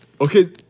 Okay